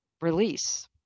release